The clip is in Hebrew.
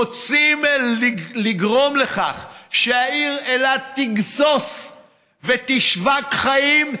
רוצים לגרום לכך שהעיר אילת תגסוס ותשבוק חיים.